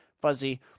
fuzzy